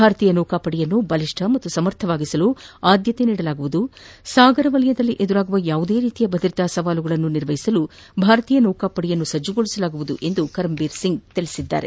ಭಾರತೀಯ ನೌಕಾಪಡೆಯನ್ನು ಬಲಿಷ್ಣ ಮತ್ತು ಸಮರ್ಥವಾಗಿಸಲು ಆದ್ಯತೆ ನೀಡಲಾಗುವುದು ಸಾಗರ ಭಾಗಗಳಲ್ಲಿ ಎದುರಾಗುವ ಯಾವುದೇ ರೀತಿಯ ಭದ್ರತಾ ಸವಾಲುಗಳನ್ನು ನಿರ್ವಹಿಸಲು ನೌಕಾಪಡೆಯನ್ನು ಸಜ್ನುಗೊಳಿಸಲಾಗುವುದು ಎಂದು ಕರಂಬೀರ್ ಸಿಂಗ್ ತಿಳಿಸಿದ್ದಾರೆ